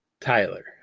Tyler